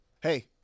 Hey